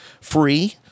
free